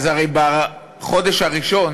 אז בחודש הראשון